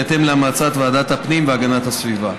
בהתאם להמלצת ועדת הפנים והגנת הסביבה.